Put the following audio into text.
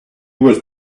was